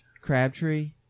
Crabtree